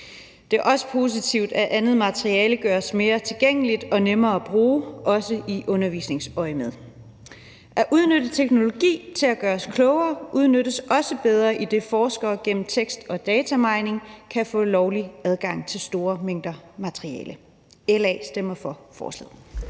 Det er også positivt, at andet materiale gøres mere tilgængeligt og nemmere at bruge, også i undervisningsøjemed. At udnytte teknologi til at gøre os klogere udnyttes også bedre, idet forskere gennem tekst- og datamining kan få lovlig adgang til store mængder materiale. LA stemmer for forslaget.